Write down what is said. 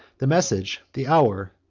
the message, the hour,